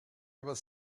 was